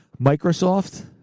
Microsoft